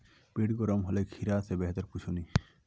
पेट गर्म होले खीरा स बेहतर कुछू नी